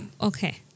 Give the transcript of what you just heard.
Okay